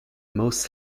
most